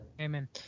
amen